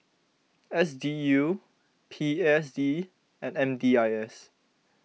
S D U P S D and M D I S